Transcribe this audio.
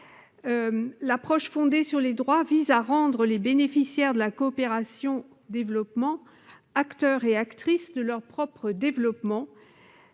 l'approche par les droits, qui vise à rendre les bénéficiaires de la coopération-développement acteurs et actrices de leur propre développement,